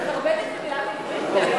מחרבטת זו מילה בעברית?